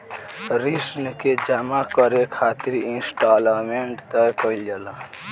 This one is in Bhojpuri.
ऋण के जामा करे खातिर इंस्टॉलमेंट तय कईल जाला